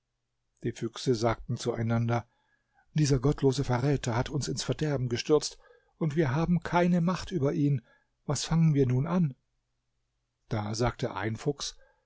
die füchse sagten zueinander dieser gottlose verräter hat uns ins verderben gestürzt und wir haben keine macht über ihn was fangen wir nun an da sagte ein fuchs